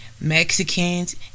Mexicans